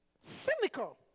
Cynical